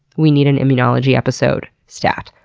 we need an immunology episode, stat.